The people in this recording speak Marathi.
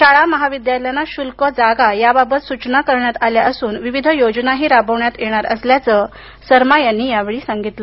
शाळा महाविद्यालयांना शुल्क जागा याबाबत सूचना करण्यात आल्या असून विविध योजनाही राबवण्यात येणार असल्याचं सर्मा यांनी सांगितलं